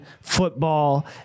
football